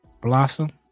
Blossom